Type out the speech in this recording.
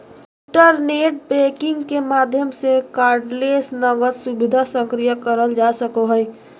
internet banking के माध्यम से कार्डलेस नकद सुविधा सक्रिय करल जा सको हय